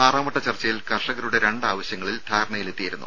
ആറാംവട്ട ചർച്ചയിൽ കർഷകരുടെ രണ്ട് ആവശ്യങ്ങളിൽ ധാരണയിൽ എത്തിയിരുന്നു